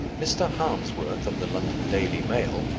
mr. harmsworth, of the london daily mail,